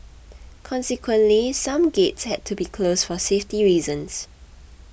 consequently some gates had to be closed for safety reasons